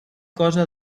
cosa